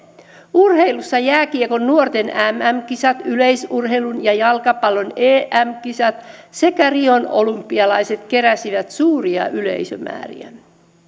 urheilussa jääkiekon nuorten mm kisat yleisurheilun ja jalkapallon em kisat sekä rion olympialaiset keräsivät suuria yleisömääriä